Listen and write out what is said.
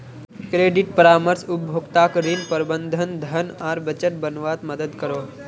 credit परामर्श उपभोक्ताक ऋण, प्रबंधन, धन आर बजट बनवात मदद करोह